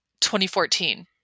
2014